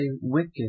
wicked